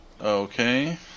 Okay